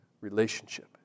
relationship